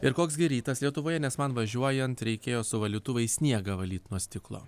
ir koks gi rytas lietuvoje nes man važiuojant reikėjo su valytuvais sniegą valyt nuo stiklo